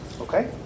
Okay